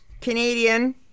Canadian